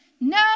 No